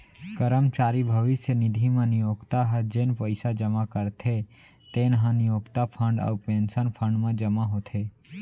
करमचारी भविस्य निधि म नियोक्ता ह जेन पइसा जमा करथे तेन ह नियोक्ता फंड अउ पेंसन फंड म जमा होथे